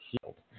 healed